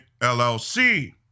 LLC